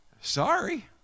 Sorry